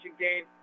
game